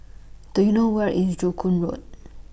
Do YOU know Where IS Joo Koon Road